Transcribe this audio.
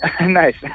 nice